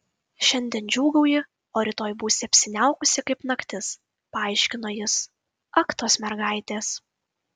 šiandien džiūgauji o rytoj būsi apsiniaukusi kaip naktis paaiškino jis ak tos mergaitės